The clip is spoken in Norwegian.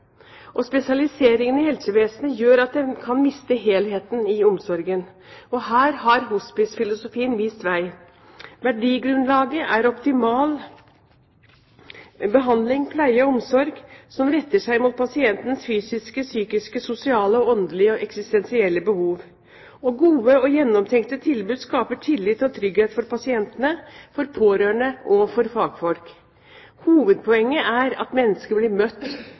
Spesialiseringen i helsevesenet gjør at en kan miste helheten i omsorgen. Her har hospicefilosofien vist vei. Verdigrunnlaget er optimal behandling, pleie og omsorg som retter seg mot pasientenes fysiske, psykiske, sosiale og åndelige og eksistensielle behov. Gode og gjennomtenkte tilbud skaper tillit og trygghet for pasientene, for pårørende og for fagfolk. Hovedpoenget er at mennesker blir møtt